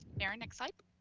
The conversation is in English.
erin, next like